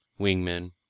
Wingmen